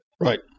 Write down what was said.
Right